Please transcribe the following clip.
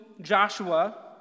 Joshua